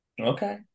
Okay